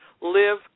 live